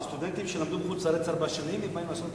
אלה סטודנטים שלמדו בחוץ-לארץ ארבע שנים ובאים לעשות,